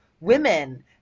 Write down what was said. women